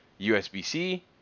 USB-C